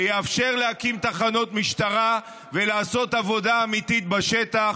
שיאפשר להקים תחנות משטרה ולעשות עבודה אמיתית בשטח,